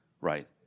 Right